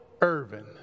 Irvin